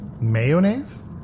Mayonnaise